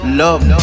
love